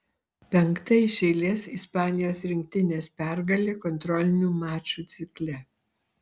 penkta iš eilės ispanijos rinktinės pergalė kontrolinių mačų cikle